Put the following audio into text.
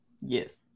Yes